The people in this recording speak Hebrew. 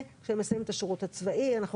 כשהם מסיימים את השירות הצבאי הם חוזרים.